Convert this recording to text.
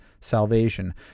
salvation